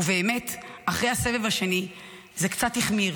ובאמת, אחרי הסבב השני זה קצת החמיר,